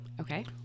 Okay